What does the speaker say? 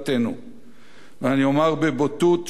אני אומר בבוטות שניתן היה לקוות